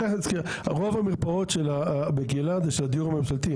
רוב המרפאות בקהילה הם של הדיור הממשלתי,